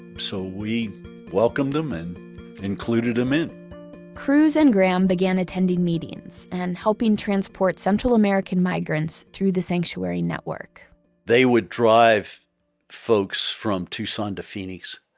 so we welcomed them and included them in cruz and graham began attending meetings and helping transport central american migrants through the sanctuary network they would drive folks from tucson to phoenix,